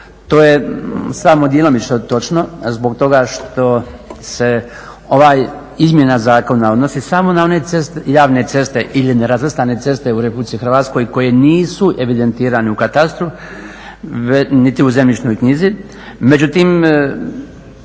To je samo djelomično točno, zbog toga što se ova izmjena zakona odnosi samo na one javne ceste ili nerazvrstane ceste u RH koje nisu evidentirane u katastru niti u zemljišnoj knjizi.